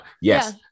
yes